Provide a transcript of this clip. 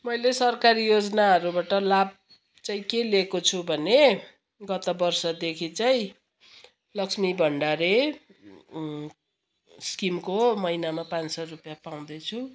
मैले सरकारी योजनाहरूबाट लाभ चाहिँ के लिएको छु भने गत वर्षदेखि चाहिँ लक्ष्मी भण्डारले स्किमको महिनामा पाँच सौ रुपियाँ पाउँदैछु